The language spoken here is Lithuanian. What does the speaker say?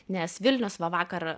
nes vilnius va vakar